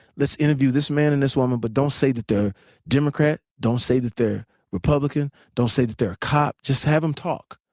let's interview this man and this woman but don't say that they're democrat, don't say that they're republican, don't say that they're a cop just have them talk.